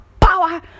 power